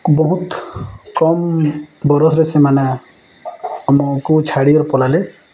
ବହୁତ୍ କମ୍ ବରଷ୍ରେ ସେମାନେ ଆମ୍କୁ ଛାଡ଼ିିବର ପଲେଇଲେ